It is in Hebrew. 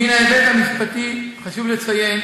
מן ההיבט המשפטי חשוב לציין